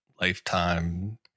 lifetime